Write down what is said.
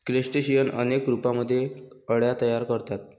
crustacean अनेक रूपांमध्ये अळ्या तयार करतात